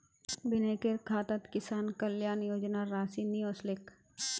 विनयकेर खातात किसान कल्याण योजनार राशि नि ओसलेक